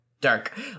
Dark